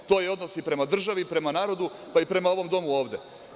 To je odnos i prema državi i prema narodu, pa i prema ovom Domu ovde.